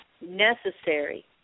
necessary